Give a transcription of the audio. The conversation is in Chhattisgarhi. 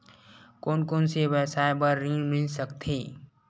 कोन कोन से व्यवसाय बर ऋण मिल सकथे?